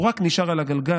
הוא רק נשאר על הגלגל.